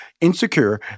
Insecure